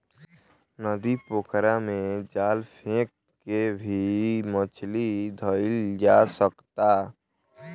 नदी, पोखरा में जाल फेक के भी मछली धइल जा सकता